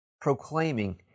Proclaiming